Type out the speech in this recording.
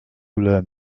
learn